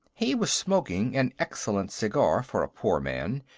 he was smoking an excellent cigar, for a poor man,